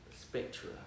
Spectra